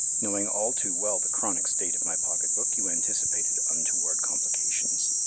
knowing all too well the chronic state of my pocket-book, you anticipated untoward complications.